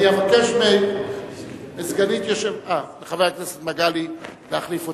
אני אבקש מחבר הכנסת מגלי להחליף אותי.